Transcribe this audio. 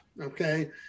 Okay